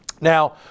Now